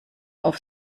auf